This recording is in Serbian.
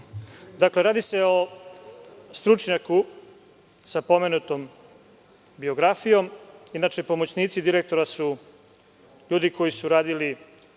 radi se o stručnjaku sa pomenutom biografijom. Inače, pomoćnici direktora su ljudi koji su radili